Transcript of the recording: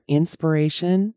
inspiration